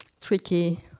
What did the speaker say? tricky